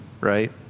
right